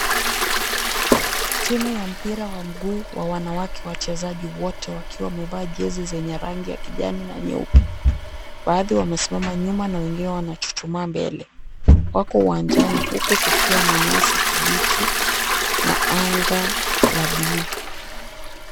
Timu ya mpira wa miguu wa wanawake wachezaji wote wakiwa wamevaa jezi zenye rangi ya kijani na nyeupe, baadhi wamesimama nyuma na wengine wanachuchuma mbele, wako uwanjani huku kukiwa na nyasi kibichi na anga la bluu.